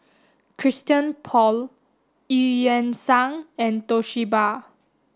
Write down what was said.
Christian Paul Eu Yan Sang and Toshiba